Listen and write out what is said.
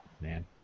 man